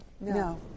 No